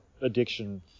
addiction